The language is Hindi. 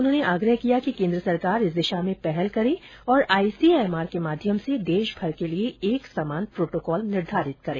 उन्होंने आग्रह किया कि केन्द्र सरकार इस दिशा में पहल करे और आईसीएमआर के माध्यम से देशभर के लिए एक समान प्रोटोकॉल निर्धारित करे